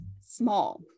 small